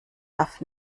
darf